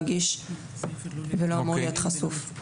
רגיש ולא אמור להיות חשוף.